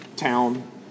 town